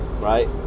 right